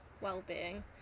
well-being